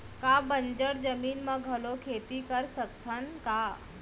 का बंजर जमीन म घलो खेती कर सकथन का?